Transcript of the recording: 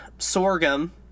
Sorghum